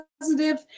positive